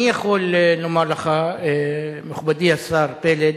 אני יכול לומר לך, מכובדי השר פלד,